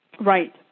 Right